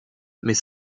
mais